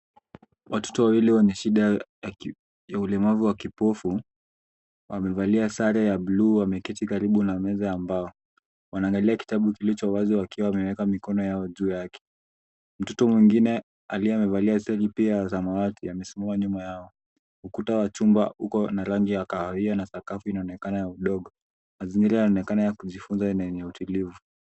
Watoto wawili wana shida ya ulemavu wa kipofu, wamevalia sare ya blue , wameketi karibu na meza ya mbao. Wanaangalia kitabu kilicho wazi, wakiwa wameeka mikono yao juu yake. Mtoto mwingine aliye amevalia sare pia ya samawati, amesimama nyuma yao. Ukuta wa chumba uko na rangi ya kahawia, na sakafu inaonekana ya udongo. Mazingira yanaonekana ya kujifunza na yenye utulivu.